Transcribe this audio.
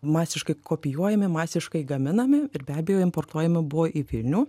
masiškai kopijuojami masiškai gaminami ir be abejo importuojama buvo į vilnių